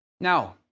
Now